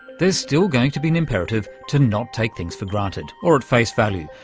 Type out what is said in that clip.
there's still going to be an imperative to not take things for granted or at face value,